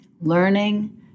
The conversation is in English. Learning